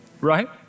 Right